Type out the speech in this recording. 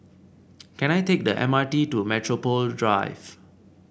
can I take the M R T to Metropole Drive